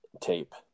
tape